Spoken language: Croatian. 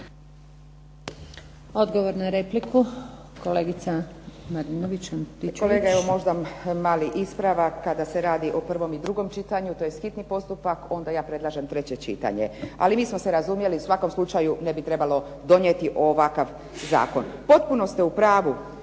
**Antičević Marinović, Ingrid (SDP)** Kolega evo možda mali ispravak kada se radi o prvom i drugom čitanju, tj. hitni postupak, onda ja predlažem treće čitanje. Ali mi smo se razumjeli. U svakom slučaju ne bi trebalo donijeti ovakav zakon. Potpuno ste u pravu.